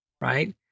right